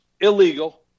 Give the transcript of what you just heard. illegal